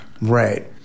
Right